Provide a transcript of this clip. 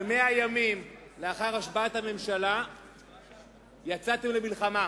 כ-100 ימים לאחר השבעת הממשלה יצאתם למלחמה,